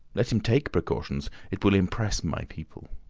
let him take precautions it will impress my people.